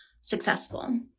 successful